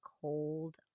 cold